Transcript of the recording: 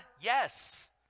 yes